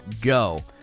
go